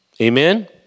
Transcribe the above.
Amen